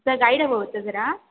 sir guide हवं होतं जरा